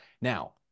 Now